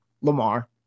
Lamar